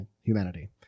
humanity